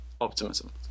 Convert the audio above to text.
optimism